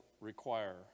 require